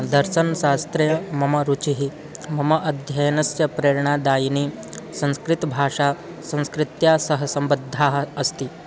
दर्शनशास्त्रे मम रुचिः मम अध्ययनस्य प्रेरणादायिनी संस्कृतभाषा संस्कृत्या सह सम्बद्धा अस्ति